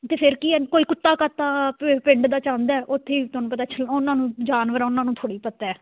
ਅਤੇ ਫਿਰ ਕੀ ਹੈ ਕੋਈ ਕੁੱਤਾ ਕਾਤਾ ਪਿ ਪਿੰਡ ਦਾ ਚਾਹੁੰਦਾ ਉੱਥੇ ਹੀ ਤੁਹਾਨੂੰ ਪਤਾ ਉਹਨਾਂ ਨੂੰ ਜਾਨਵਰ ਉਹਨਾਂ ਨੂੰ ਥੋੜ੍ਹੀ ਪਤਾ